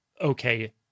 okay